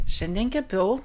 šiandien kepiau